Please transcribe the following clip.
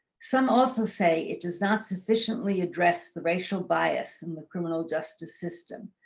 some also say it does not sufficiently address the racial bias in the criminal justice system.